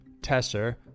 Tesser